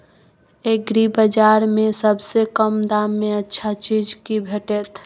एग्रीबाजार में सबसे कम दाम में अच्छा चीज की भेटत?